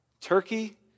Turkey